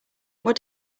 what